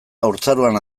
haurtzaroan